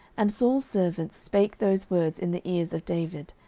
and saul's servants spake those words in the ears of david.